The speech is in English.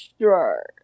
sure